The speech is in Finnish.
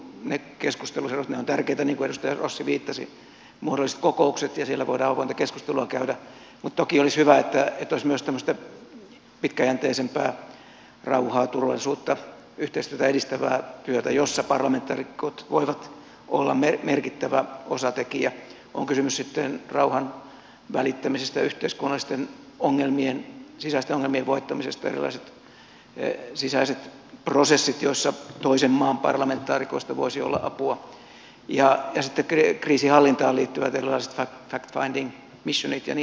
ne ovat tärkeitä niin kuin edustaja rossi viittasi muodolliset kokoukset ja siellä voidaan avointa keskustelua käydä mutta toki olisi hyvä että olisi myös tämmöistä pitkäjänteisempää rauhaa turvallisuutta ja yhteistyötä edistävää työtä jossa parlamentaarikot voivat olla merkittävä osatekijä on kysymyksessä sitten rauhan välittäminen yhteiskunnallisten ongel mien sisäisten ongelmien voittaminen erilaiset sisäiset prosessit joissa toisen maan parlamentaarikoista voisi olla apua tai sitten kriisinhallintaan liittyvät erilaiset fact finding missionit ja niin edelleen